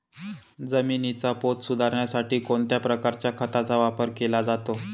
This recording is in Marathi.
जमिनीचा पोत सुधारण्यासाठी कोणत्या प्रकारच्या खताचा वापर केला जातो?